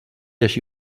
així